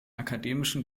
akademischen